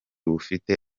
bufite